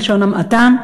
בלשון המעטה,